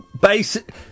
Basic